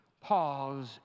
pause